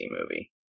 movie